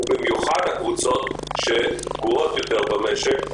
ובמיוחד הקבוצות שפגועות יותר במשק.